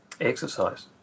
exercise